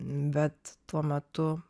bet tuo metu